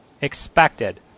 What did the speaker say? expected